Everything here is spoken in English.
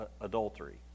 adultery